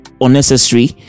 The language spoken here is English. unnecessary